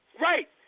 Right